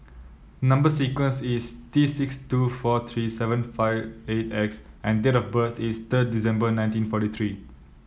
number sequence is T six two four three seven five eight X and date of birth is third December nineteen forty three